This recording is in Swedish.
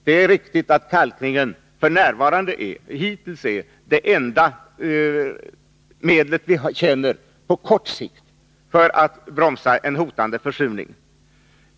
Det är riktigt att kalkning hittills är det enda medel vi känner till för att på kort sikt bromsa en hotande försurning.